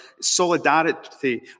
solidarity